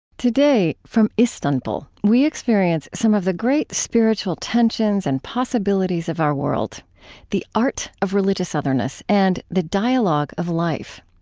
today, from istanbul, we experience some of the great spiritual tensions and possibilities of our world the art of religious otherness and the dialogue of life.